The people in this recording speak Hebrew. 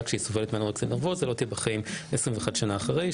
כשהיא סובלת מאנורקסיה נרבוזה לא תהיה בחיים 21 שנה אחרי,